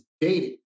dating